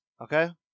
Okay